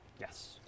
Yes